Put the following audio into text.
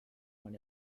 when